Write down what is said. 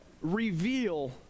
reveal